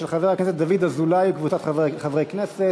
של חבר הכנסת דוד אזולאי וקבוצת חברי הכנסת.